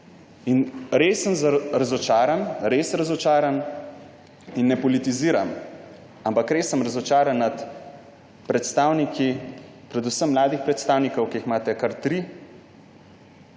Res sem razočaran, res razočaran in ne politiziram, ampak res sem razočaran nad predvsem mladimi predstavniki, imate jih kar tri,